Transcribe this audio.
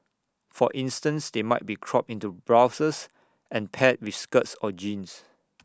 for instance they might be cropped into blouses and paired with skirts or jeans